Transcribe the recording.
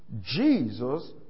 Jesus